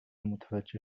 متوجه